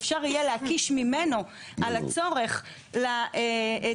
שאפשר יהיה להקיש ממנו על הצורך לתיקונים